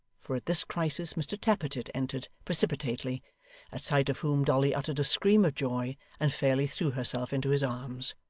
for at this crisis mr tappertit entered precipitately at sight of whom dolly uttered a scream of joy, and fairly threw herself into his arms.